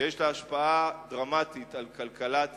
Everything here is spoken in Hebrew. שיש לה השפעה דרמטית על כלכלת ישראל,